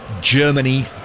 Germany